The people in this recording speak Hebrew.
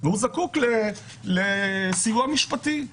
והוא זקוק לסיוע משפטי,